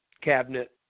cabinet